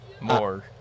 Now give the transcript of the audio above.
more